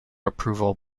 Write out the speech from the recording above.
approval